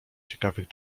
ciekawych